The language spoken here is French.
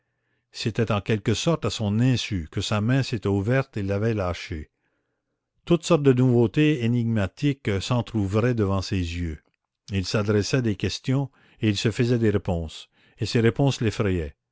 c'était en quelque sorte à son insu que sa main s'était ouverte et l'avait lâché toutes sortes de nouveautés énigmatiques s'entr'ouvraient devant ses yeux il s'adressait des questions et il se faisait des réponses et ses réponses